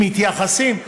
אם מתייחסים.